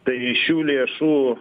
tai šių lėšų